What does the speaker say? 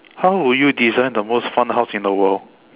how would you design the most fun house in the world